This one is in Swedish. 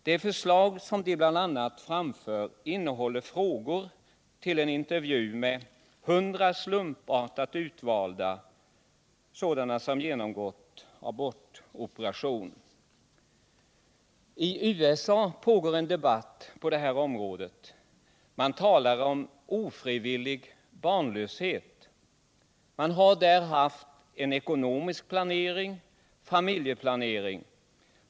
Det förslag denna grupp framför innehåller bl.a. frågor för en intervju med 100 slumpvis utvalda som genomgått abortoperation. I USA pågår en debatt på det här området. Det talas om ofrivillig barnlöshet. Man har haft en ekonomisk planering och också en familjeplanering.